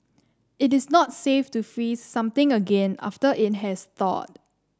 it is not safe to freeze something again after it has thawed